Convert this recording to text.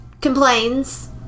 complains